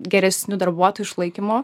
geresniu darbuotojų išlaikymu